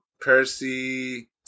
Percy